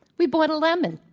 we bought a lemon.